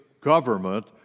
government